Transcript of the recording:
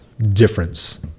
difference